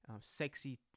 sexy